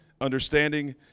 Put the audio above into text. understanding